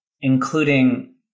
including